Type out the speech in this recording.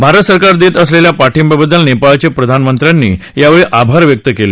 भारत सरकार देत असलेल्या पाठिंबाबद्दल नेपाळच्या प्रधानमंत्र्यांनी यावेळी आभार व्यक्त केले